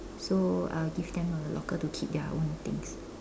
so I'll give them a locker to keep their own things